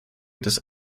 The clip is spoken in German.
des